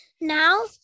Now